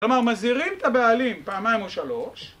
כלומר מזהירים את הבעלים פעמיים או שלוש